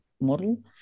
model